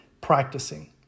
practicing